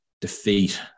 Defeat